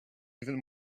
even